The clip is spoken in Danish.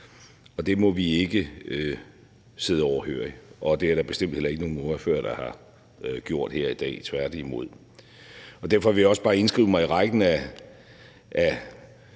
Det må vi ikke sidde overhørig, og det er der bestemt heller ikke nogen ordførere, der har gjort her i dag, tværtimod. Derfor vil jeg også bare indskrive mig i rækken af